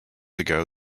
ago